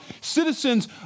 citizens